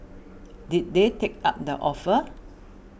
did they take up the offer